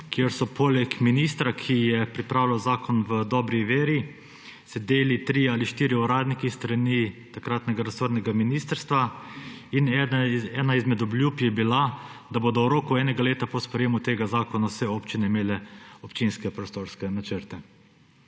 kjer so poleg ministra, ki je pripravljal zakon v dobri veri, sedeli trije ali štirje uradniki s strani takratnega resornega ministrstva in ena izmed obljub je bila, da bodo v roku enega leta po sprejemu tega zakona vse občine imele občinske prostorske načrte.